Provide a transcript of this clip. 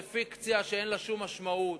זאת פיקציה שאין לה שום משמעות.